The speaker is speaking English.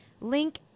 link